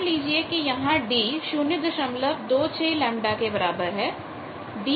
मान लीजिए कि यहां d 026λ के बराबर है